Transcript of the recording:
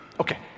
Okay